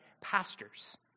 pastors